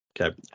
Okay